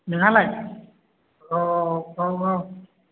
नोंहालाय अ औ औ